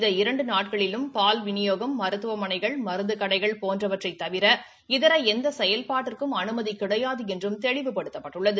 இந்த இரண்டு நாட்களிலும் பால் விநியோகம் மருத்துவமனைகள் மருந்து கடைகள் போன்றவற்றை தவிர இதர எந்த செயல்பாட்டிற்கும் அனுமதி கிடையாது என்றும் தெளிவுபடுத்தப்பட்டுள்ளது